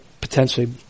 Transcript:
potentially